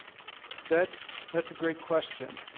that's that's a great question,